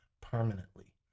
permanently